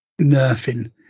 nerfing